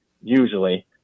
usually